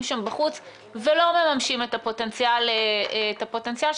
שם בחוץ ולא מממשים את הפוטנציאל שלהם,